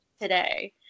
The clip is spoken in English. today